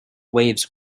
waves